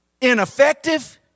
ineffective